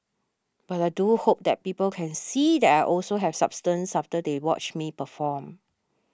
but I do hope that people can see that I also have substance after they watch me perform